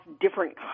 different